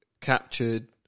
captured